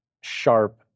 sharp